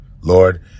Lord